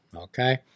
okay